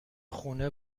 خونه